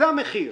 זה המחיר.